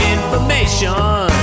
Information